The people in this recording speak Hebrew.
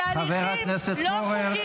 על הליכים מושחתים, את לא מתביישת?